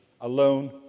alone